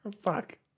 fuck